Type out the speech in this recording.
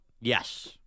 Yes